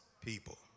people